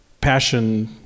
passion